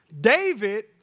David